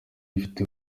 ifite